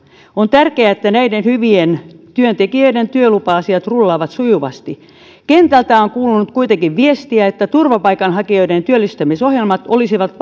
on tärkeää että näiden hyvien työntekijöiden työlupa asiat rullaavat sujuvasti kentältä on kuulunut kuitenkin viestiä että turvapaikanhakijoiden työllistämisohjelmat olisivat